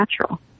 natural